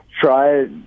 try